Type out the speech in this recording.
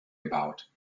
about